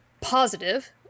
positive